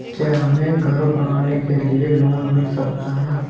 क्या हमें घर बनवाने के लिए लोन मिल सकता है?